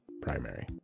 primary